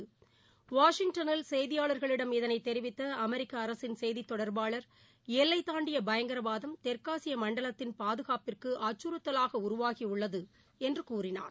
செய்தித் வாஷிங்டனில் செய்தியாளர்களிடம் இதனைதெரிவித்தஅமெரிக்கஅரசின் தொடர்பாளர் எல்லைதாண்டியபங்கரவாதம் தெற்காசியமண்டலத்தின் பாதுகாப்பிற்குஅச்சுறுத்தலாகஉருவாகிஉள்ளதுஎன்றுகூறினார்